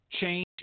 change